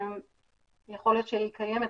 יכול להיות שהיא קיימת,